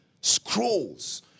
Scrolls